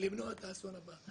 למנוע את האסון הבא.